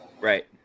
Right